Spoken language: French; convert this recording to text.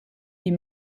est